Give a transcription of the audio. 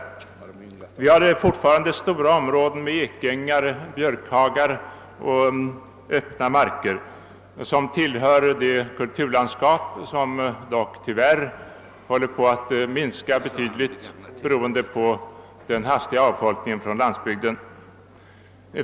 Vi har stora områden med ekängar, björkhagar och öppna marker som tillhör det kulturlandskap som dock, tyvärr, håller på att minska betydligt, beroende på den hastiga avfolkningen av landsbygden.